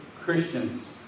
Christians